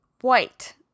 White